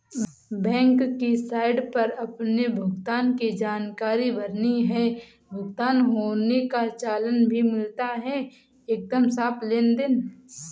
bank की site पर अपने भुगतान की जानकारी भरनी है, भुगतान होने का चालान भी मिलता है एकदम साफ़ लेनदेन